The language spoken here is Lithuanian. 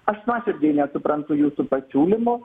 aš nuoširdžiai nesuprantu jūsų pasiūlymo